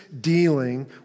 dealing